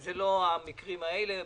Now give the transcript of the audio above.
זה לא המקרים הללו.